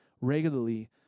regularly